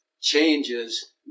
changes